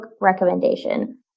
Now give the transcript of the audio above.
recommendation